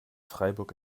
freiburg